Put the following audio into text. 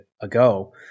ago